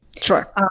Sure